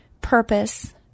purpose